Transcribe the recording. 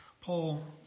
Paul